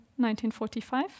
1945